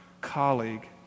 colleague